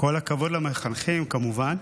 כל הכבוד למחנכים, כמובן.